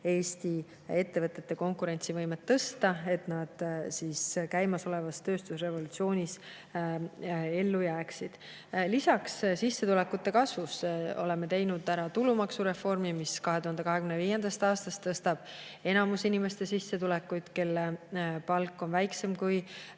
Eesti ettevõtete konkurentsivõimet tõsta, et nad käimasolevas tööstusrevolutsioonis ellu jääksid. Lisaks oleme sissetulekute kasvuks teinud ära tulumaksureformi, mis 2025. aastast tõstab sissetulekuid enamikul inimestel, kelle palk on väiksem kui